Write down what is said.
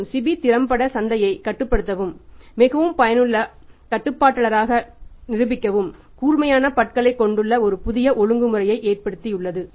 மற்றும் SEBI திறம்பட சந்தையை கட்டுப்படுத்தவும் மிகவும் பயனுள்ள கட்டுப்பாட்டாளராக நிரூபிக்கவும் கூர்மையான பற்களைக் கொண்டுள்ள ஒரு புதிய ஒழுங்குமுறை ஏற்படுத்தியுள்ளது